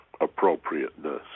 appropriateness